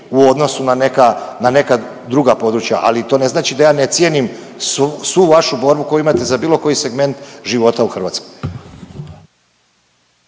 na neka, na neka druga područja, ali to ne znači da ja ne cijenim svu, svu vašu borbu koju imate za bilo koji segment života u Hrvatskoj.